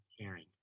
caring